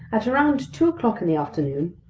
at around two o'clock in the afternoon,